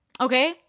okay